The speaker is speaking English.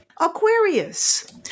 Aquarius